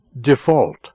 default